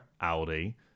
Audi